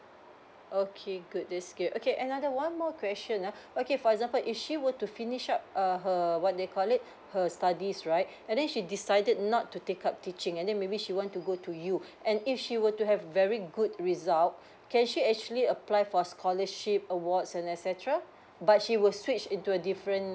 okay good that's good okay another one more question uh okay for example if she were to finish up uh her what they call it her studies right and then she decided not to take up teaching and then maybe she want to go to U and if she were to have very good result can she actually apply for scholarship awards and etcetera but she will switch into a different